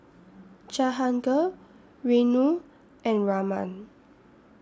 Jahangir Renu and Raman